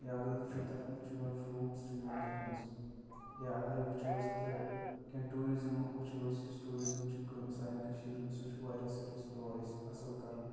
یا اگر أسۍ وُچھو تَتھ منٛز چھُ یِوان فرٛوٗٹس چھِ یِوان تَتھ منٛز یا اگرَے وُچھو أسۍ تہٕ کینٛہہ ٹوٗرِزٕم وُچھو أسۍ یُس ٹوٗرِزٕم چھُ سانہِ کٔشیٖرِ منٛز سُہ چھُ واریاہ سٔروِس پروٚوَایِڈ اَسہِ اَصٕل کَران